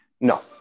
No